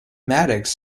maddox